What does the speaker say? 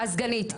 הסגנית.